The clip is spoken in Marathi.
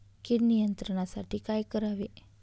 कीड नियंत्रणासाठी काय करावे?